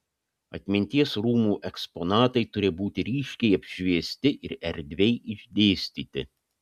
atminties rūmų eksponatai turi būti ryškiai apšviesti ir erdviai išdėstyti